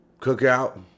cookout